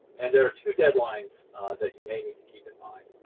and there are two deadlines that you may need to keep in mind.